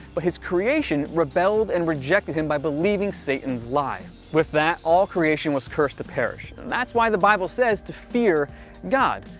but his creation rebelled and rejected him by believing satan's lie. with that, all creation was cursed to perish. that's why the bible says, fear god!